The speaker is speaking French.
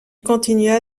continua